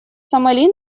сомали